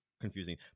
confusing